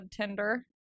Tinder